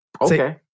Okay